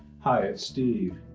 hi, it's steve.